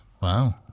Wow